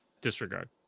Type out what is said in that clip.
Disregard